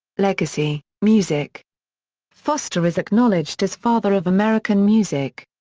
legacy music foster is acknowledged as father of american music.